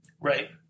Right